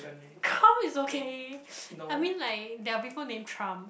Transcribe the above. calm is okay I mean like there are people named Trump